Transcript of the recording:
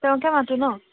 তেওঁকে মাতোঁ ন